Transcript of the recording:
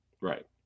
Right